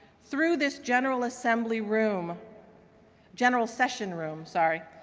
through this general assembly room general session room. sorry.